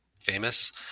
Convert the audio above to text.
famous